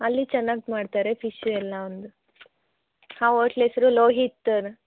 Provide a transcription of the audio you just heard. ಅಲ್ಲಿ ಚೆನ್ನಾಗಿ ಮಾಡ್ತಾರೆ ಫಿಶ್ಶು ಎಲ್ಲ ಒಂದು ಹಾಂ ಓಟ್ಲ್ ಹೆಸ್ರು ಲೋಹಿತ್